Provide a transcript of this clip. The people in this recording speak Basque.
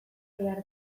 behar